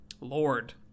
Lord